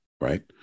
right